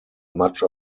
much